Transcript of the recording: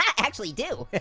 actually, do!